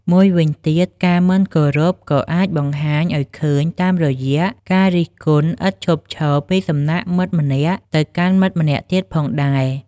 មួយវិញទៀត ការមិនគោរពក៏អាចបង្ហាញឱ្យឃើញតាមរយៈការរិះគន់ឥតឈប់ឈរពីសំណាក់មិត្តម្នាក់ទៅកាន់មិត្តម្នាក់ទៀតផងដែរ។